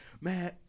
man